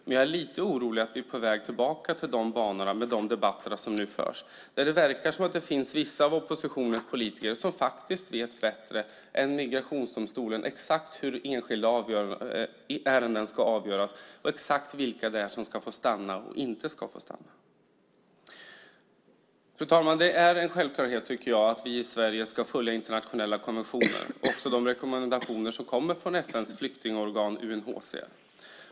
Men jag är lite orolig över att vi är på väg tillbaka till detta med de debatter som nu förs, där det verkar som om vissa av oppositionens politiker faktiskt vet bättre än migrationsdomstolen exakt hur enskilda ärenden ska avgöras och exakt vilka det är som ska få stanna och vilka som inte ska få stanna. Fru talman! Det är en självklarhet, tycker jag, att vi i Sverige ska följa internationella konventioner och också de rekommendationer som kommer från FN:s flyktingorgan UNHCR.